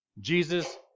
Jesus